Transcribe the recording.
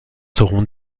seront